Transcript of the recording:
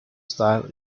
style